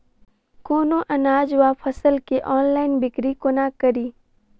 कोनों अनाज वा फसल केँ ऑनलाइन बिक्री कोना कड़ी?